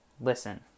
listen